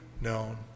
known